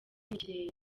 n’ikirere